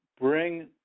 bring